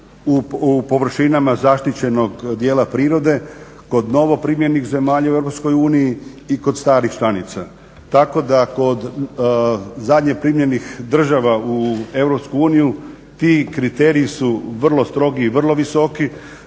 u površinama zaštićenog dijela prirode kod novoprimljenih zemalja u Europskoj uniji i kod starih članica. Tako da kod zadnje primljenih država u Europsku uniju ti kriteriji su vrlo strogi i vrlo visoki